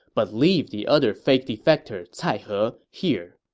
but leave the other fake defector, cai he, here.